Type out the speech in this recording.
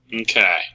Okay